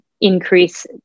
increase